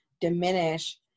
diminish